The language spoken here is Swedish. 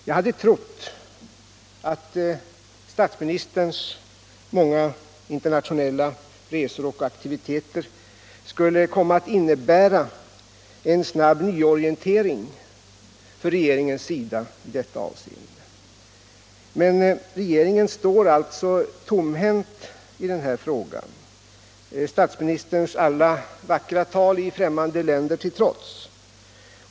Jag hade trott att statsministerns många internationella resor och aktiviteter skulle komma att innebära en snabb nyorientering från regeringens sida i detta avseende, men regeringen står alltså tomhänt i den här frågan, statsministerns alla vackra tal i främmande länder till trots.